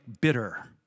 bitter